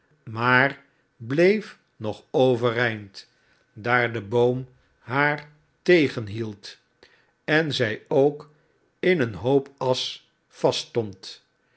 maar bleef nog overeind daar de boom haar tegenhield en zij ook in een hoop asch vaststond